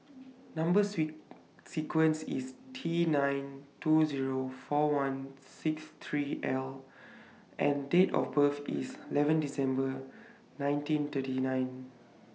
Number sequence IS T nine two Zero four one six three L and Date of birth IS eleven December nineteen thirty nine